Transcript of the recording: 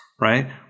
right